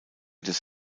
des